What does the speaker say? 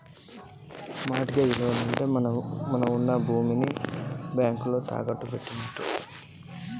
Mart gauge loan అంటే ఏమిటి?